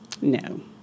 No